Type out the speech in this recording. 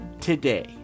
today